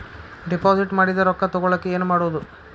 Deposit ಮಾಡಿದ ರೊಕ್ಕ ತಗೋಳಕ್ಕೆ ಏನು ಮಾಡೋದು?